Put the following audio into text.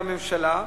והממשלה,